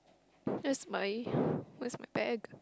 where's my where's my bag